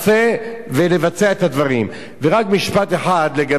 ורק משפט אחד לגבי רות המואבייה, וכל העניין הזה: